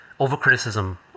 overcriticism